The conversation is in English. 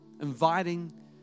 inviting